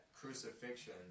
crucifixion